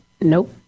Nope